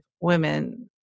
women